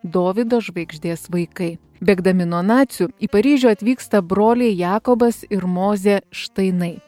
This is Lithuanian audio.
dovydo žvaigždės vaikai bėgdami nuo nacių į paryžių atvyksta broliai jakobas ir mozė štainai